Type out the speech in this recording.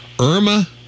Irma